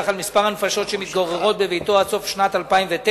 על מספר הנפשות שמתגוררות בביתו עד סוף שנת 2009,